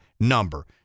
number